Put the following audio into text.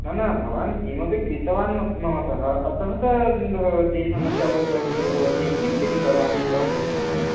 न न भवान् किमपि क्रीतवान् म ममतः अतः तः किं भवति समस्या भवतः कृते भवति किं स्वीकृतवान् इति अहं पृच्छामि